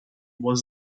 was